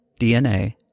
DNA